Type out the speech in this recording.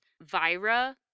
Vira